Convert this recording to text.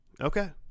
Okay